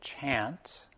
chant